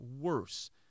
worse